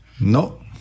No